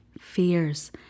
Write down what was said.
fears